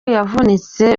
yavunitse